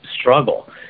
struggle